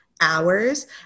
hours